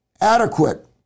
adequate